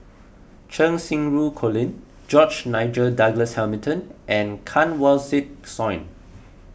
Cheng Xinru Colin George Nigel Douglas Hamilton and Kanwaljit Soin